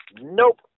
Nope